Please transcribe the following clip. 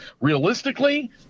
Realistically